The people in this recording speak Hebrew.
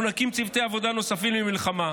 אנחנו נקים צוותי עבודה נוספים למלחמה.